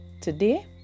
Today